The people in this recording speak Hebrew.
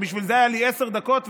ובשביל זה היו לי עשר דקות,